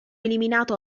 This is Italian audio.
eliminato